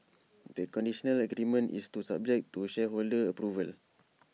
the conditional agreement is subject to shareholder approval